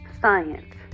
science